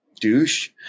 douche